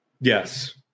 yes